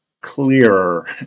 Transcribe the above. clearer